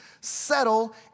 settle